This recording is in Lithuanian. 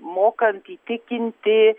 mokant įtikinti